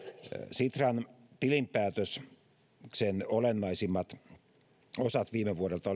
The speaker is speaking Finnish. sitran tilinpäätöksen olennaisin osa viime vuodelta